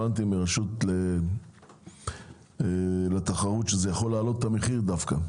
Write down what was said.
הבנתי מרשות התחרות שזה יכול להעלות את המחיר דווקא.